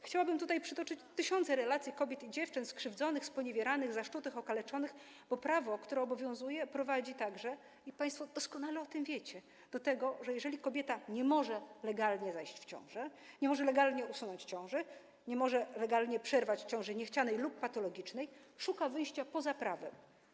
Chciałabym tutaj przytoczyć tysiące relacji kobiet i dziewczyn skrzywdzonych, sponiewieranych, zaszczutych, okaleczonych, bo prawo, które obowiązuje, prowadzi także, i państwo doskonale o tym wiecie, do tego, że jeżeli kobieta nie może legalnie zajść w ciążę, nie może legalnie usunąć ciąży, nie może legalnie przerwać ciąży niechcianej lub patologicznej, szuka wyjścia poza prawem.